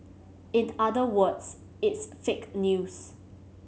in other words it's fake news